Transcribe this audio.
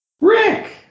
Rick